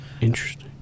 Interesting